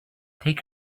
take